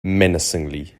menacingly